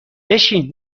بشین